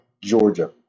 Georgia